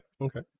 Okay